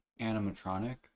Animatronic